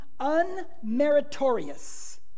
unmeritorious